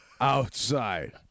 outside